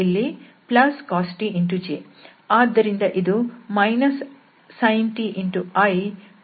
ಆದ್ದರಿಂದ ಇದು sin t icos t j